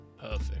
Perfect